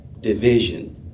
division